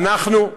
אנחנו,